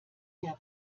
der